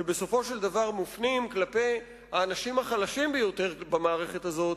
שבסופו של דבר מופנים כלפי האנשים החלשים ביותר במערכת הזאת,